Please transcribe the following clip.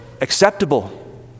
acceptable